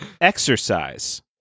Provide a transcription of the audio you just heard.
exercise